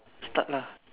start lah